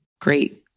Great